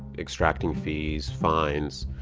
extracting fees, fines,